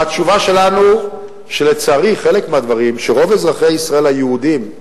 והתשובה שלנו היא שלצערי חלק מהדברים שרוב אזרחי ישראל היהודים,